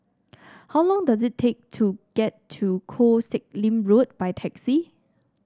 how long does it take to get to Koh Sek Lim Road by taxi